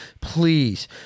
please